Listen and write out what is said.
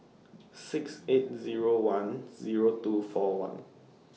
six eight Zero one Zero two four one